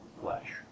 flesh